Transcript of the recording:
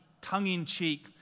tongue-in-cheek